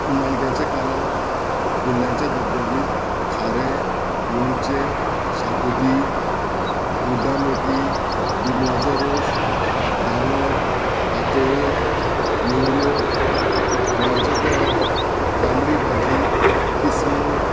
माणक्याचे कालो कुल्ल्यांचें धबधबीत खारें लोणचें शाकोती उड्डा मेती बिबलांचो रोस दांगर पातोळ्यो नेवऱ्यो खळाचें तोर तामडी भाजी किसमूर